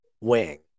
wing